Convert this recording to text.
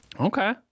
Okay